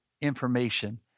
information